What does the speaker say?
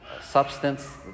substance